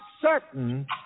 certain